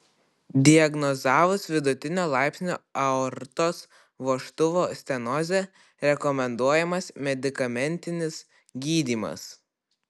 diagnozavus vidutinio laipsnio aortos vožtuvo stenozę rekomenduojamas medikamentinis gydymas